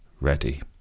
ready